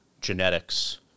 genetics